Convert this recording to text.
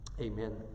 amen